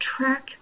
track